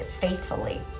faithfully